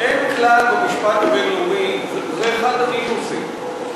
אין כלל במשפט הבין-לאומי זה אחד המיתוסים,